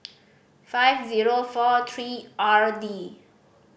five zero four three R D